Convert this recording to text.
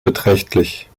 beträchtlich